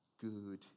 Good